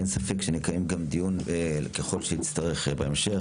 אין ספק שנקיים גם דיון ככל שיצטרך בהמשך.